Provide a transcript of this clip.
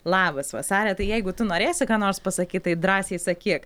labas vasare tai jeigu tu norėsi ką nors pasakyt tai drąsiai sakyk